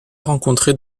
rencontrés